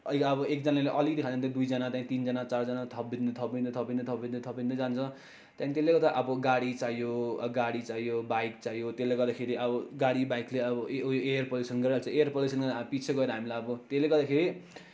अब एकजनाले अलिकति खाने दुईजना त्यहाँदेखि तिनजना चारजना थपिँदै थपिँदै थपिँदै थपिँदै थपिँदै जान्छ त्यहाँदेखि त्यसले गर्दा अब गाडी चाहियो गाडी चाहियो बाइक चाहियो त्यसले गर्दाखेरि अब गाडी बाइकले अब उयो एयर पल्युसन गराइहाल्छ एयर पल्युसन पिछे गएर हामीलाई अब त्यसले गर्दाखेरि